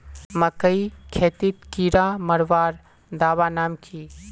मकई खेतीत कीड़ा मारवार दवा नाम की?